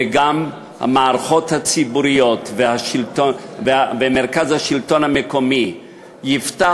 וגם המערכות הציבוריות ומרכז השלטון המקומי יפתחו